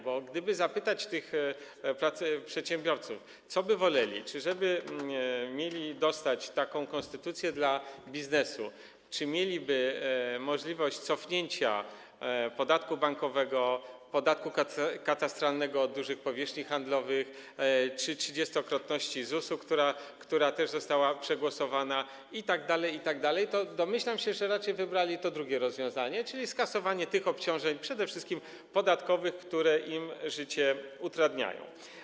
Bo gdyby zapytać przedsiębiorców, co by woleli, czy dostać taką konstytucję dla biznesu, czy mieć możliwość cofnięcia podatku bankowego, podatku katastralnego od dużych powierzchni handlowych czy trzydziestokrotności w wypadku ZUS, co też zostało przegłosowane itd., itd., to domyślam się, że raczej wybraliby to drugie rozwiązanie, czyli skasowanie tych obciążeń przede wszystkim podatkowych, które im życie utrudniają.